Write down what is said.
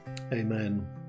Amen